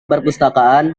perpustakaan